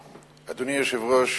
היושב-ראש,